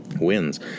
wins